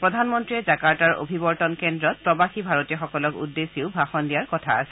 প্ৰধানমন্তীয়ে জাকাৰ্টাৰ অভিৱৰ্তন কেন্দ্ৰত প্ৰৱাসী ভাৰতীয়সকলক উদ্দেশ্যিও ভাষণ দিয়াৰ কথা আছে